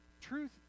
Truth